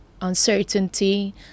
uncertainty